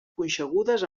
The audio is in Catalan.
punxegudes